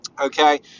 Okay